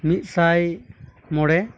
ᱢᱤᱫᱥᱟᱭ ᱢᱚᱬᱮ